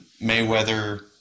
Mayweather